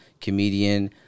comedian